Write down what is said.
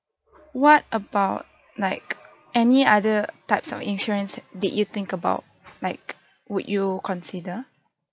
what about like any other types of insurance did you think about like would you consider